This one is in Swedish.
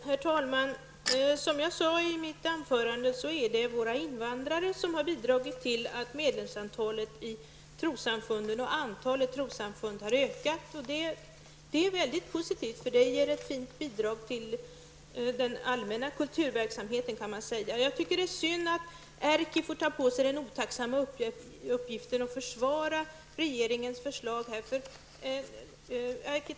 Herr talman! Som jag sade i mitt anförande har våra invandrare bidragit till att medlemsantalet i trossamfunden har ökat liksom antalet trossamfund. Det är positivt -- det ger ett fint bidrag till den allmänna kulturverksamheten, kan man säga. Jag tycker att det är synd att Erkki Tammenoksa fått ta på sig den otacksamma uppgiften att försvara regeringens förslag här.